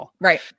Right